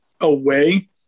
away